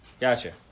gotcha